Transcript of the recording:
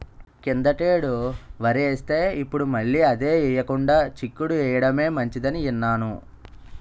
కిందటేడు వరేస్తే, ఇప్పుడు మళ్ళీ అదే ఎయ్యకుండా చిక్కుడు ఎయ్యడమే మంచిదని ఇన్నాను